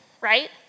right